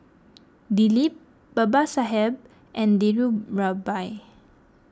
Dilip Babasaheb and Dhirubhai